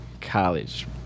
College